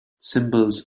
symbols